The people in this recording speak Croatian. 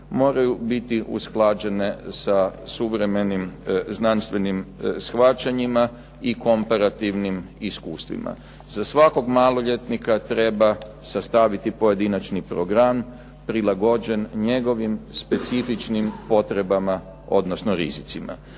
moraju biti usklađene sa suvremenim znanstvenim shvaćanjima i komparativnim iskustvima. Za svakog maloljetnika treba sastaviti pojedinačni program, prilagođen njegovim specifičnim potrebama, odnosno rizicima.